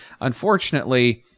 Unfortunately